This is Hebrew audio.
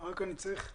אני צריך תשובה,